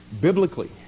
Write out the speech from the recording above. biblically